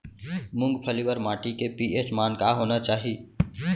मूंगफली बर माटी के पी.एच मान का होना चाही?